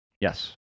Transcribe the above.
Yes